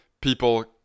people